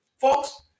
Folks